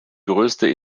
größte